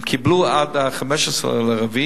עד 15 באפריל